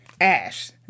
Ash